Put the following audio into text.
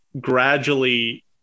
gradually